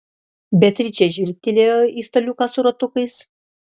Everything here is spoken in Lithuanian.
beatričė žvilgtelėjo į staliuką su ratukais